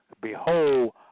Behold